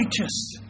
righteous